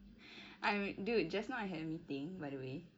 I'm dude just now I had a meeting by the way